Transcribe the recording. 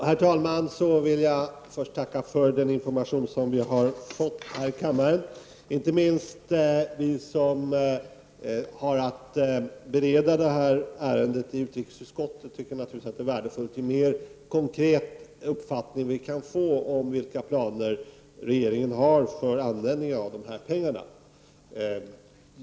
Herr talman! Jag vill först tacka för den information som vi har fått här i kammaren. Inte minst den som skall vara med och bereda det här ärendet i utrikesutskottet tycker naturligtvis att det är värdefullt att få en så konkret uppfattning som vi kan få om de problem som regeringen har för användningen av dessa pengar.